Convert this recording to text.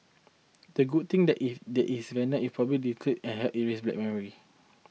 the good thing that if it is venom if properly diluted a help erase bad memories